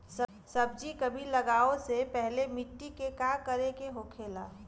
सब्जी कभी लगाओ से पहले मिट्टी के का करे के होखे ला?